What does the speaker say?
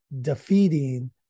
defeating